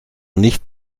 nicht